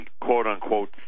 quote-unquote